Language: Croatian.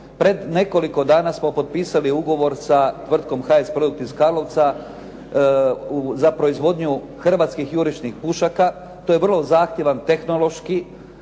Pred nekoliko dana smo potpisali ugovor sa tvrtkom HS produkt iz Karlovca za proizvodnju hrvatskih jurišnih pušaka. To je vrlo zahtjevan tehnološki